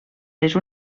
les